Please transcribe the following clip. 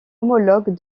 homologue